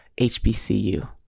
HBCU